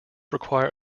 require